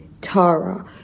Tara